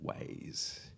ways